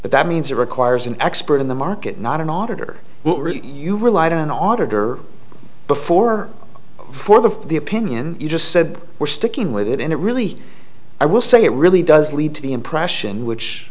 but that means it requires an expert in the market not an auditor what you relied on auditor before for the for the opinion you just said we're sticking with it and it really i will say it really does lead to the impression which